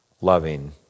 loving